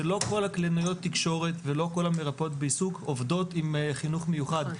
שלא כל הקלינאיות תקשורת ולא כל המרפאות בעיסוק עובדות עם חינוך מיוחד.